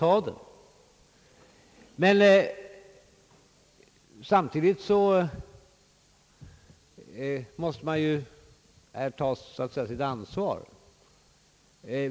Men samtidigt måste man inse sitt ansvar.